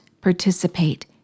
participate